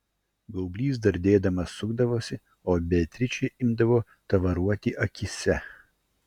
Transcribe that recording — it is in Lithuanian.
gaublys dardėdamas sukdavosi o beatričei imdavo tavaruoti akyse